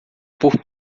por